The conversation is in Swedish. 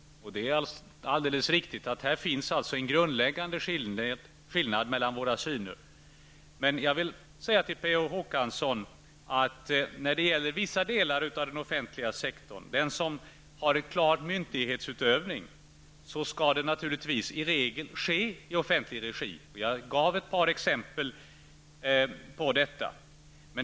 Det är alldeles riktigt att det finns grundläggande skillnader mellan våra synsätt. Men jag vill säga till Per Olof Håkansson att vissa delar av den offentliga sektorn, den som gäller klar myndighetsutövning, i regel naturligtvis skall ske i offentlig regi. Jag gav ett par exempel på detta.